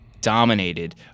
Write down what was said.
dominated